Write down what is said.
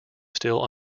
still